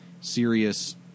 serious